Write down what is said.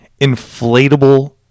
inflatable